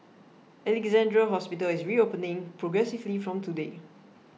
Alexandra Hospital is reopening progressively from today